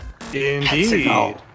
Indeed